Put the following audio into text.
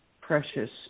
precious